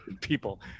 people